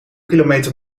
kilometer